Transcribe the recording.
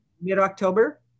mid-october